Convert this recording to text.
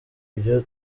ibyo